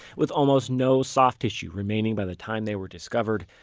with almost no soft tissue remaining by the time they were discovered,